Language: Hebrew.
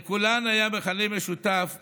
לכולן היה מכנה משותף אחד,